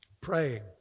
praying